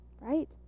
Right